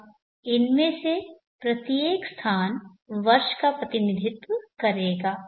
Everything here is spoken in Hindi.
अब इनमें से प्रत्येक स्थान वर्ष का प्रतिनिधित्व करेगा